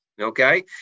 okay